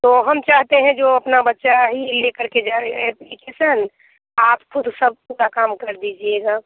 तो हम चाहते हैं जो अपना बच्चा ही लेकर के जाऍं एप्लीकेसन आप ख़ुद सब पूरा काम कर दीजिएगा